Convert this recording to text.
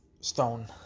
stone